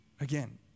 Again